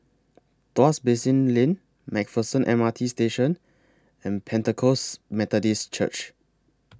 Tuas Basin Lane MacPherson M R T Station and Pentecost Methodist Church